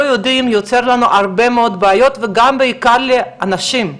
יודעים יוצר לנו הרבה מאוד בעיות וגם בעיקר לאנשים,